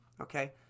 okay